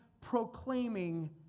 proclaiming